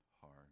hard